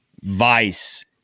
vice